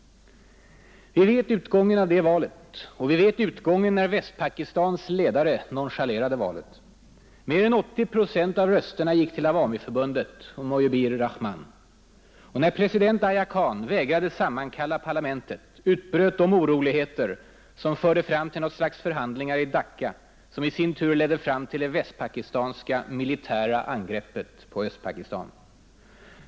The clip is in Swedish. Vi vet utgången av det valet, och vi vet utgången när Västpakistans ledare nonchalerade valet. Mer än 80 procent av rösterna gick till Awamiförbundet och Mujibur Rahman. Och när president Yahya Khan vägrade att sammankalla parlamentet utbröt de oroligheter som förde fram till något slags förhandlingar i Dacca, som i sin tur ledde till det västpakistanska militära angreppet på Östpakistan.